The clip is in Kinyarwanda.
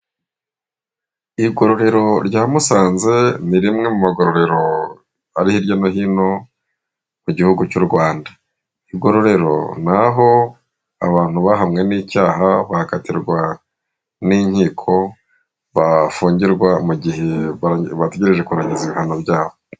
Igororero rya musanze ni rimwe mu magororero ari hirya no hino ku gihugu cy'u Rwanda. Igororero ni aho abantu bahamwe n'icyaha bahatirwa n'inkiko bafungirwa mu gihe bategereje kurangiza ibihano byabo.